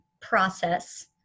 process